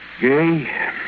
Gay